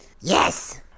Yes